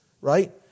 right